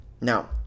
now